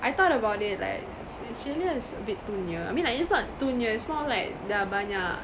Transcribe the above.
I thought about it like aus~ australia is a bit too near I mean like it's not to near it's more of like dah banyak